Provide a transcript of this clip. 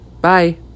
bye